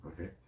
okay